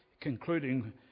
concluding